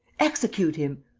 execute him!